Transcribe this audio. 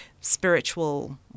spiritual